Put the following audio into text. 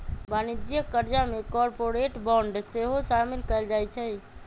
वाणिज्यिक करजा में कॉरपोरेट बॉन्ड सेहो सामिल कएल जाइ छइ